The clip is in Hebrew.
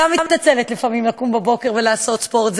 גם אני מתעצלת לפעמים לקום בבוקר ולעשות ספורט.